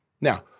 Now